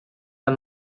are